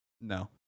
no